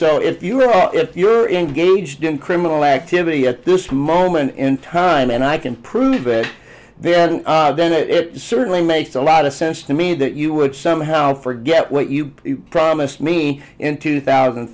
so if you have if you're in gauged in criminal activity at this moment in time and i can prove it then then it certainly makes a lot of sense to me that you would somehow forget what you promised me in two thousand